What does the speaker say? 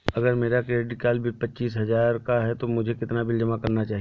अगर मेरा credit card bill पच्चीस हजार का है तो मुझे कितना बिल जमा करना चाहिए?